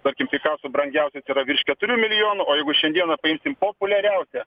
tarkim pikaso brangiausias yra virš keturių milijonų o jeigu šiandieną paimsim populiariausią